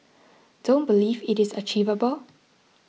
don't believe it is achievable